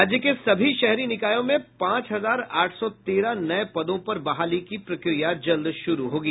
राज्य के सभी शहरी निकायों में पांच हजार आठ सौ तेरह नये पदों पर बहाली की प्रक्रिया जल्द शुरू होगी